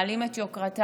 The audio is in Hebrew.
מעלים את יוקרתם,